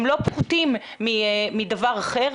הם לא פחותים מדבר אחר,